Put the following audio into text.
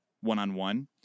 one-on-one